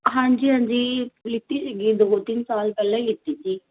ਹਾਂਜੀ ਹਾਂਜੀ ਲਿੱਤੀ ਸੀਗੀ ਦੋ ਤਿੰਨ ਸਾਲ ਪਹਿਲਾਂ ਹੀ ਲਿੱਤੀ ਸੀ